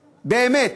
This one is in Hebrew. באמת,